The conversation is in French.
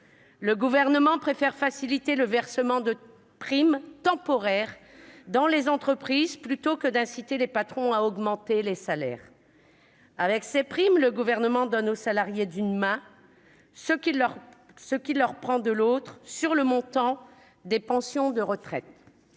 Le Gouvernement préfère encourager le versement de primes temporaires dans les entreprises, plutôt que d'inciter les patrons à augmenter les salaires. Avec ces primes, il donne aux salariés d'une main ce qu'il reprend de l'autre au niveau des pensions de retraite.